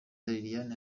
liliane